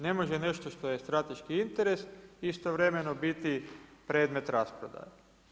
Ne može nešto što je strateški interes istovremeno biti predmet rasprodaje.